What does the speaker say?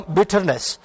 bitterness